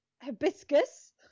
Hibiscus